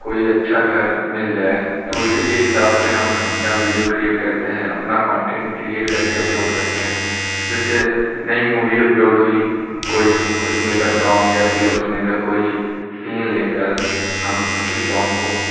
कोई अच्छा घर मिल जाए तो उसी के हिसाब से हम अपना विडिओ क्रीऐट करते हैं अपना कॉन्टेन्ट क्रीऐट कर के अपलोड करते हैं जिससे नई मूवी अपलोड हुई कोई उसमें का सॉन्ग या फिर उसमें का कोई सीन ले कर हम उसके सॉन्ग को